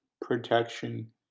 protection